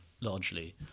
largely